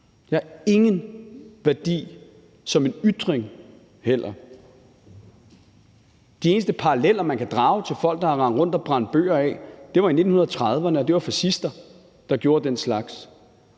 heller ingen værdi som en ytring. Den eneste parallel, man kan drage, til folk, der har rendt rundt og brændt bøger af, var i 1930'erne, og det var fascister, der gjorde den slags.